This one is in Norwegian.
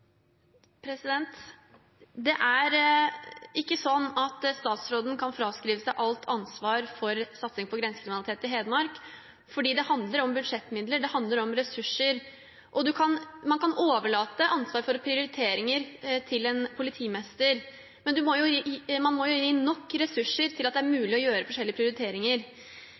Statsråden kan ikke fraskrive seg alt ansvar for satsing på grensekriminalitet i Hedmark, for det handler om budsjettmidler, det handler om ressurser. Man kan overlate ansvaret for prioriteringer til en politimester, men man må jo gi nok ressurser til at det er mulig å foreta forskjellige prioriteringer.